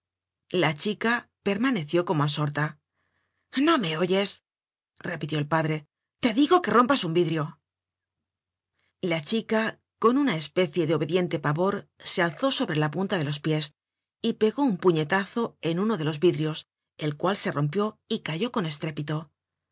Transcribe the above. la chica permaneció como absorta no me oyes repitió el padre te digo que rompas un vidrio content from google book search generated at la chica con una especie de obediente pavor se alzó sobre la punta de los pies y pegó un puñetazo en uno de los vidrios el cual se rompió y cayó con estrépito